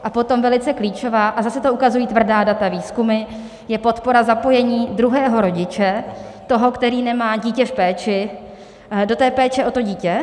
A potom velice klíčová, a zase to ukazují tvrdá data, výzkumy, je podpora zapojení druhého rodiče, toho, který nemá dítě v péči, do péče o dítě.